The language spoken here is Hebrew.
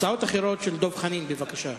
הצעה אחרת של דב חנין, בבקשה.